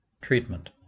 Treatment